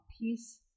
peace